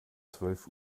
zwölf